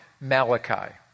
Malachi